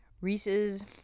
Reese's